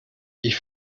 ich